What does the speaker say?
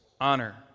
honor